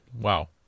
Wow